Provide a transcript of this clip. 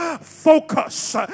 focus